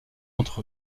entre